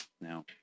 now